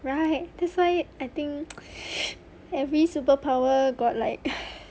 right that's why I think every superpower got like